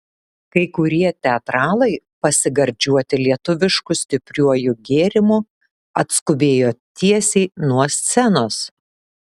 kai kurie teatralai pasigardžiuoti lietuvišku stipriuoju gėrimu atskubėjo tiesiai nuo scenos